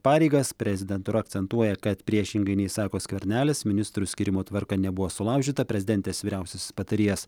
pareigas prezidentūra akcentuoja kad priešingai nei sako skvernelis ministrų skyrimo tvarka nebuvo sulaužyta prezidentės vyriausiasis patarėjas